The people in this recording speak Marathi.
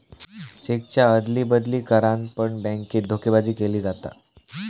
चेकच्या अदली बदली करान पण बॅन्केत धोकेबाजी केली जाता